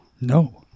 No